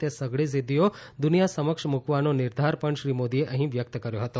તે સઘળી સિધ્ધિઓ દુનિયા સમક્ષ મૂકવાનો નિર્ધાર પણ શ્રી મોદીએ અઠી વ્યક્ત કર્યો હતો